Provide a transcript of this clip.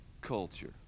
culture